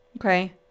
Okay